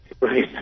Right